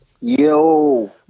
Yo